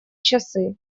часы